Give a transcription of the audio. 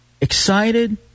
excited